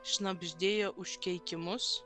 šnabždėjo užkeikimus